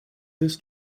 this